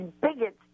bigots